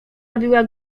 robiła